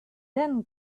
then